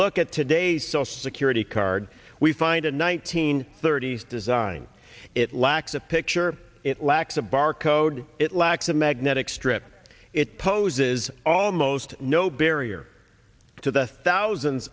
look at today's social security card we find a nineteen thirty s design it lacks a picture it lacks a barcode it lacks a magnetic strip it poses almost no barrier to the thousands